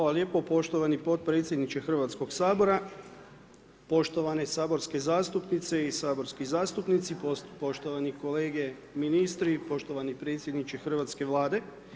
Hvala lijepo poštovani podpredsjedniče Hrvatskog sabora, poštovane saborske zastupnice i saborski zastupnici, poštovani kolege ministri i poštovani predsjedniče hrvatske Vlade.